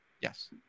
yes